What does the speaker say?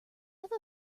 have